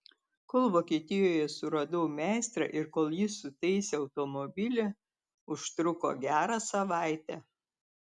kol vokietijoje suradau meistrą ir kol jis sutaisė automobilį užtruko gerą savaitę